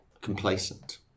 complacent